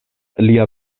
lia